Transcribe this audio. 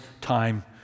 time